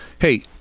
hey